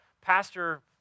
pastor